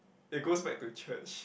it goes back to church